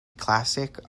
classic